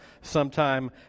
sometime